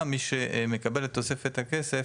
תחתונה, מי שמקבל את תוספת הכסף